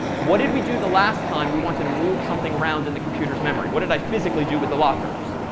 what did we do the last time we wanted to move something around in the computer's memory, what did i physically do with the lockers?